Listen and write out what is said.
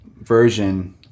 version